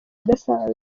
udasanzwe